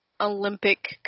Olympic